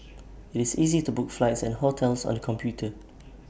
IT is easy to book flights and hotels on the computer